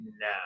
now